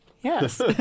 Yes